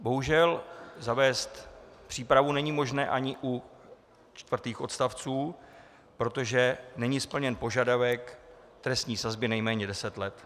Bohužel zavést přípravu není možné ani u čtvrtých odstavců, protože není splněn požadavek trestní sazby nejméně deset let.